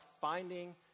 finding